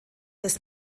des